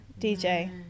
DJ